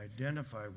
identify